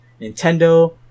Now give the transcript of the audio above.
Nintendo